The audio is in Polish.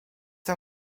tam